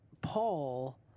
Paul